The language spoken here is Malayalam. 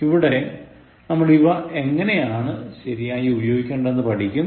ഇവിടെ നമ്മൾ അവ എങ്ങനെയാണു ശരിയായി ഉപയോഗിക്കേണ്ടതെന്നു പഠിക്കും